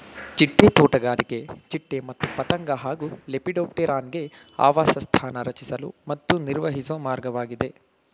ಚಿಟ್ಟೆ ತೋಟಗಾರಿಕೆ ಚಿಟ್ಟೆ ಮತ್ತು ಪತಂಗ ಹಾಗೂ ಲೆಪಿಡೋಪ್ಟೆರಾನ್ಗೆ ಆವಾಸಸ್ಥಾನ ರಚಿಸಲು ಮತ್ತು ನಿರ್ವಹಿಸೊ ಮಾರ್ಗವಾಗಿದೆ